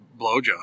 blowjob